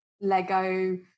Lego